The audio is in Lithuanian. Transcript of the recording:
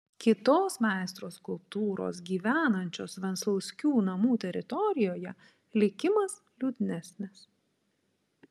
kitos meistro skulptūros gyvenančios venclauskių namų teritorijoje likimas liūdnesnis